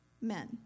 men